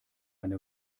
eine